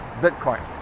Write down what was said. Bitcoin